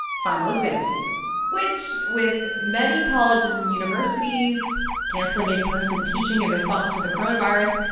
final exam season which, with many colleges and universities canceling in-person teaching in response to the coronavirus,